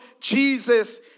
Jesus